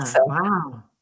Wow